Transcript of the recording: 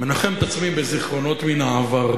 מנחם את עצמי בזיכרונות מן העבר.